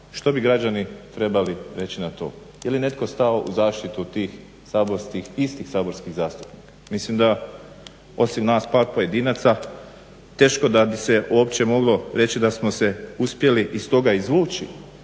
Što bi građani trebali reći na to? Je li netko stao u zaštitu tih saborskih, istih saborskih zastupnika? Mislim da osim nas par pojedinaca teško da bi se uopće moglo reći da smo se uspjeli iz toga izvući,